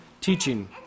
teaching